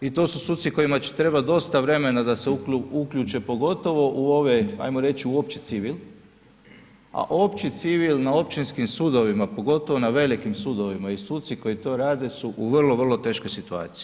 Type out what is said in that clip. i to su suci kojima će trebat dosta vremena da se uključe pogotovo u ove ajmo reći, u opći civil a opći civil na općinskim sudovima, pogotovo na velikim sudovima i suci koji to rade su vrlo, vrlo teškoj situaciji.